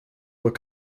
were